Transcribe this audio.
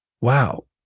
wow